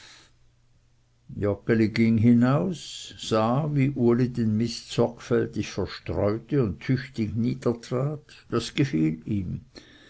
ging hinaus sah wie uli den mist sorgfältig verstreute und tüchtig niedertrat das gefiel ihm